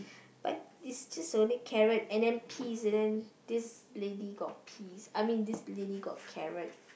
but it's just only carrot and then peas and then this lady got peas I mean this lady got carrot